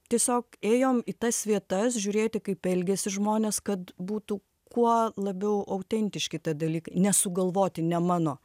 tiesiog ėjom į tas vietas žiūrėti kaip elgiasi žmonės kad būtų kuo labiau autentiški tie dalykai ne sugalvoti ne mano